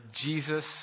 Jesus